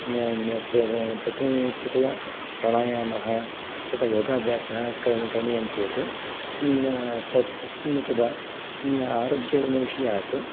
प्रतिनित्यतया प्राणायामः तथा योगाभ्यासः करणीयं चेत् न तत् तस्मिन् तदा न आरोग्यविषयात्